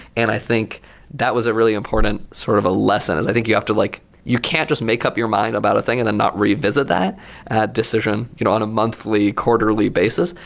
and i think that was a really important sort of a lesson, is i think you have to like you can't just make up your mind about a thing and then not revisit that decision you know on a monthly, quarterly basis.